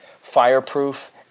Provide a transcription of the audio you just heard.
Fireproof